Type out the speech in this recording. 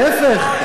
להפך,